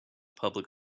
public